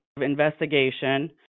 investigation